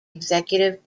executive